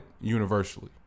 universally